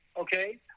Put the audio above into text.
Okay